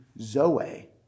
Zoe